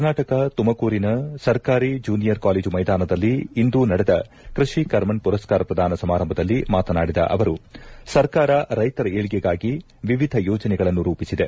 ಕರ್ನಾಟಕ ತುಮಕೂರಿನ ಸರ್ಕಾರಿ junior college ಮೈದಾನದಲ್ಲಿ ಇಂದು ನಡೆದ ಕೃಷಿ ಕರ್ಮಣ್ ಮರಸ್ಕಾರ ಪ್ರದಾನ ಸಮಾರಂಭದಲ್ಲಿ ಮಾತನಾಡಿದ ಅವರು ಸರ್ಕಾರ ರೈತರ ಏಳ್ಗೆಗಾಗಿ ವಿವಿಧ ಯೋಜನೆಗಳನ್ನು ರೂಪಿಸಿದೆ